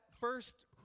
first